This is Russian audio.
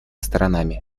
сторонами